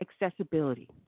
accessibility